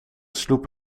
sloep